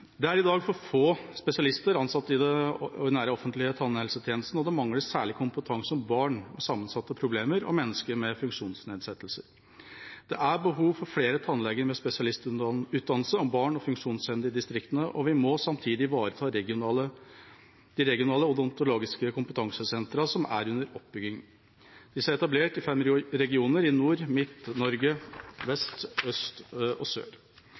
Det er i dag for få spesialister ansatt i den ordinære offentlige tannhelsetjenesten, og det mangler særlig kompetanse om barn med sammensatte problemer og mennesker med funksjonsnedsettelser. Det er behov for flere tannleger med spesialistutdannelse om barn og funksjonshemmede i distriktene, og vi må samtidig ivareta de regionale odontologiske kompetansesentrene som er under oppbygging. Disse er etablert i fem regioner, i nord, midt, vest, øst og sør.